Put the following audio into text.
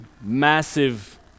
massive